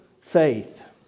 faith